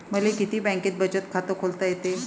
मले किती बँकेत बचत खात खोलता येते?